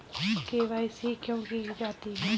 KYC क्यों की जाती है?